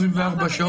במוצ"ש, ודאי.